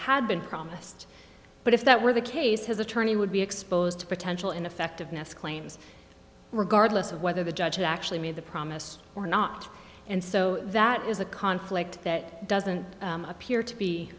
had been promised but if that were the case his attorney would be exposed to potential ineffectiveness claims regardless of whether the judge actually made the promise or not and so that is a conflict that doesn't appear to be